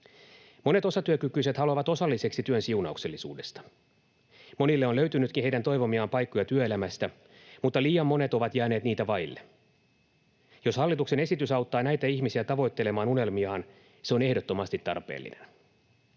Monet osatyökykyiset haluavat osalliseksi työn siunauksellisuudesta. Monille on löytynytkin toivomiaan paikkoja työelämästä, mutta liian monet ovat jääneet niitä vaille. Jos hallituksen esitys auttaa näitä ihmisiä tavoittelemaan unelmiaan, se on ehdottomasti tarpeellinen.